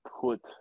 put